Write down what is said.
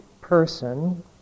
person